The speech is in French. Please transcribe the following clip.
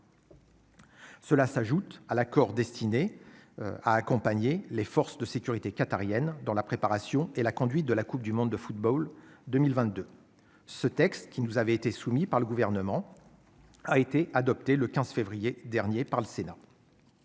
Cela s'ajoute à l'accord destiné à accompagner les forces de sécurité qatariennes dans la préparation et la conduite de la Coupe du monde de football 2022, ce texte, qui nous avait été soumis par le gouvernement, a été adoptée le 15 février dernier par le Sénat.